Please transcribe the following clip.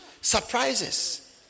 surprises